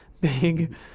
big